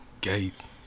Gates